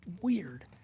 weird